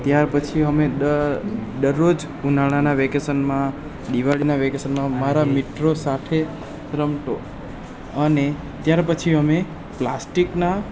ત્યાં પછી અમે દ દર દરરોજ ઉનાળાના વેકેશનમાં દિવાળીના વેકેશનમાં મારા મિત્રો સાથે રમતો અને ત્યાર પછી અમે પ્લાસ્ટિકના